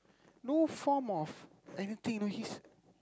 no form of anything you know he's